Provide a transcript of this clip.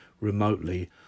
remotely